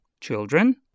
children